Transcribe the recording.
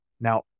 Now